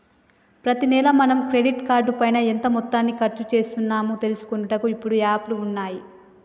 ప్రతి నెల మనం క్రెడిట్ కార్డు పైన ఎంత మొత్తాన్ని ఖర్చు చేస్తున్నాము తెలుసుకొనుటకు ఇప్పుడు యాప్లు ఉన్నాయి